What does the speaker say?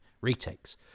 retakes